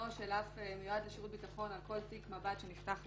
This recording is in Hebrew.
של אף מיועד לשירות ביטחון על כל תיק מב"ד שנפתח לו.